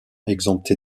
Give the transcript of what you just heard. exemptés